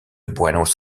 buenos